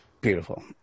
Beautiful